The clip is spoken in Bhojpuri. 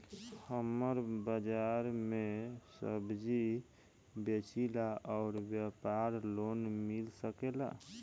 हमर बाजार मे सब्जी बेचिला और व्यापार लोन मिल सकेला?